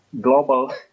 global